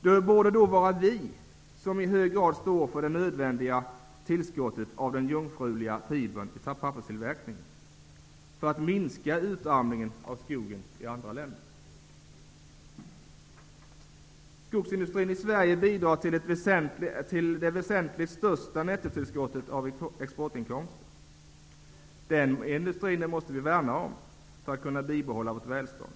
Därför borde det vara vi som i hög grad stod för det nödvändiga tillskottet av den jungfrueliga fibern vid papperstillverkningen -- detta för att minska utarmningen av skogen i andra länder. Den svenska skogsindustrin bidrar med det allra största nettotillskottet när det gäller exportinkomsterna. Den industrin måste vi värna om för att vi skall kunna bibehålla vårt välstånd.